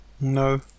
no